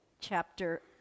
chapter